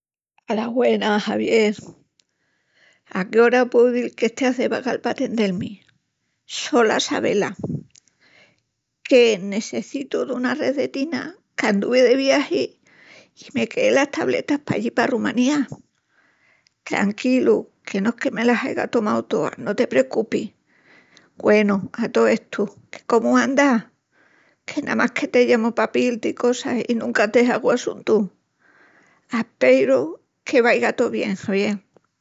Alas güenas, Javiel. a qué oras pueu dil qu'esteas de vagal pa atendel-mi? So la Sabela, que nessecitu dunas rezetinas qu'anduvi de viagi i me queé las tabletas pallí pa Rumanía. Tranquilu, que no es que me las aiga tomau toas, no te precupis. Güenu, a tó estu, qué cómu andas? Que namás que te llamu pa piíl-ti cosas i nunca te hagu assuntu. Asperu que vaiga tó bien, Javiel!